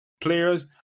players